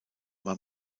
war